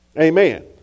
Amen